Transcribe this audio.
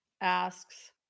asks